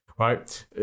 right